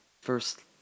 first